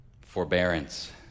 forbearance